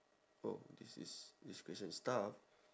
oh this is this question is tough